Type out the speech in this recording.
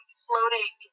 floating